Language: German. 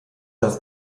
das